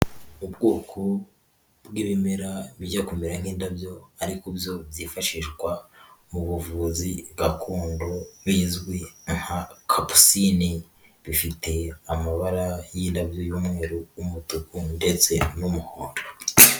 Ubwoko bw'ibimera bijya kumera nk'indabyo ariko byo byifashishwa mu buvuzi gakondo bizwi nka kapusine bifite amabara y'indabyo y'umweru n'umutuku ndetse n'umuhondo.